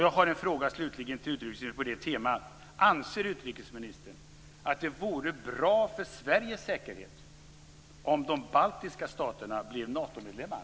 Jag har slutligen en fråga till utrikesministern på det temat: Anser utrikesministern att det vore bra för Sveriges säkerhet om de baltiska staterna blev Natomedlemmar?